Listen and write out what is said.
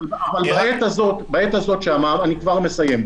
אני כבר מסיים.